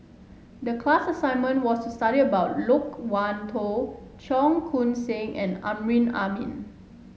the class assignment was to study about Loke Wan Tho Cheong Koon Seng and Amrin Amin